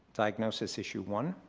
diagnosis issue one.